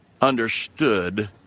understood